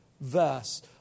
verse